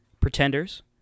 pretenders